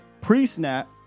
Pre-snap